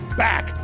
back